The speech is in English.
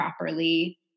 properly